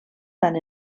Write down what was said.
tant